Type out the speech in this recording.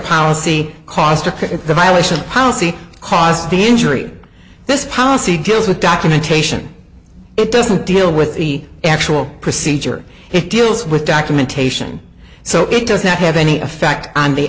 policy cost of the violation policy caused the injury this policy deals with documentation it doesn't deal with the actual procedure it deals with documentation so it does not have any effect on the